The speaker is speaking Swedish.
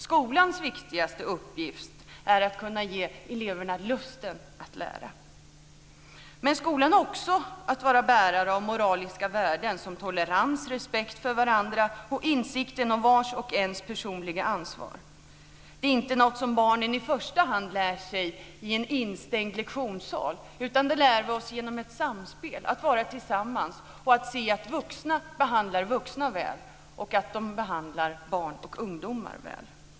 Skolans viktigaste uppgift är att ge eleverna lusten att lära. Men skolan har också att vara bärare av moraliska värden som tolerans, respekt för varandra och insikten om vars och ens personliga ansvar. Det är inte något som barnen i första hand lär sig i en instängd lektionssal. Det lär vi oss genom ett samspel, genom att vara tillsammans, genom att se att vuxna behandlar vuxna väl och att de behandlar barn och ungdomar väl.